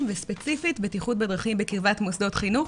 וספציפית בטיחות בדרכים בקרבת מוסדות חינוך.